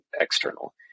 external